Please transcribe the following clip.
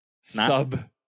sub